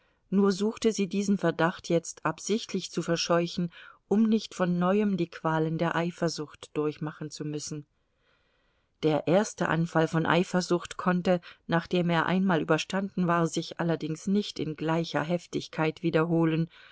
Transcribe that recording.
nur suchte sie diesen verdacht jetzt absichtlich zu verscheuchen um nicht von neuem die qualen der eifersucht durchmachen zu müssen der erste anfall von eifersucht konnte nachdem er einmal überstanden war sich allerdings nicht in gleicher heftigkeit wiederholen